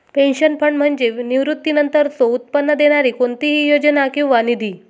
pension fund म्हणजे निवृत्तीनंतरचो उत्पन्न देणारी कोणतीही योजना किंवा निधी